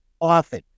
often